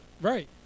Right